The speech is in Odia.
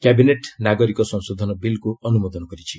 କ୍ୟାବିନେଟ୍ ନାଗରିକ ସଂଶୋଧନ ବିଲ୍କୁ ଅନୁମୋଦନ କରିଛି